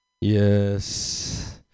Yes